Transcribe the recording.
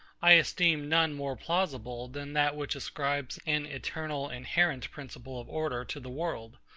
i esteem none more plausible than that which ascribes an eternal inherent principle of order to the world,